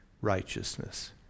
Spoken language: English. righteousness